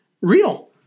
real